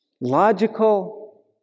logical